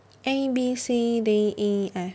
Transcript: A B C D E F